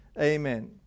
Amen